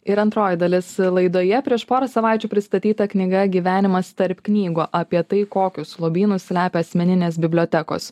ir antroji dalis laidoje prieš porą savaičių pristatyta knyga gyvenimas tarp knygų apie tai kokius lobynus slepia asmeninės bibliotekos